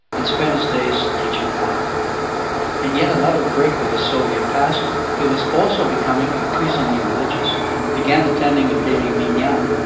and spent his days teaching math in and yet another break with his soviet past, he was also becoming increasingly religious, and began attending a daily minyan,